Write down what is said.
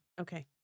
Okay